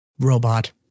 robot